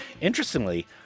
Interestingly